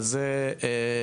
אנו